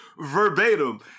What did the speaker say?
verbatim